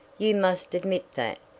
you must admit that,